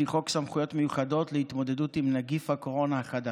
לפי חוק סמכויות מיוחדות להתמודדות עם נגיף הקורונה החדש.